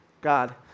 God